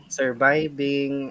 surviving